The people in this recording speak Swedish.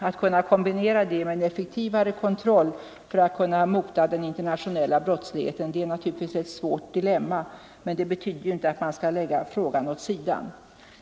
Att kombinera detta med en effektivare kontroll för att kunna mota den internationella brottsligheten är ett svårt dilemma, men det betyder ju inte att man skall lägga saken åt sidan.